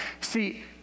See